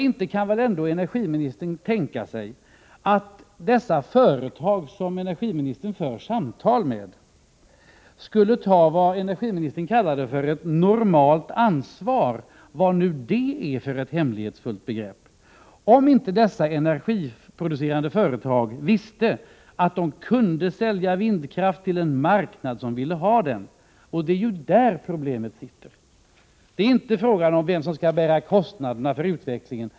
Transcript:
Inte kan väl ändå energiministern tänka sig att dessa företag, som energiministern för samtal med, skulle ta vad energiministern kallar för ett normalt ansvar — vad det nu är för ett hemlighetsfullt begrepp — om inte dessa energiproducerande företag visste att de kunde sälja vindkraft till en marknad som vill ha den. Det är ju där problemet finns. Frågan är inte vem som skall bära kostnaderna för utvecklingen.